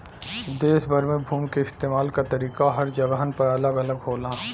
देस भर में भूमि क इस्तेमाल क तरीका हर जगहन पर अलग अलग होला